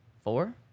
four